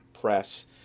press